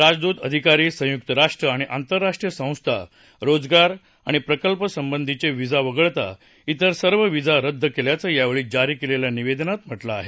राजदूत अधिकारी संयुक्त राष्ट्र आणि आंतरराष्ट्रीय संस्था रोजगार आणि प्रकल्पासंबंधिये व्हिसा वगळता तिर सर्व व्हीसा रद्द केल्याचं यावेळी जारी केलेचं निवेदनात म्हटलं आहे